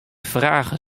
fragen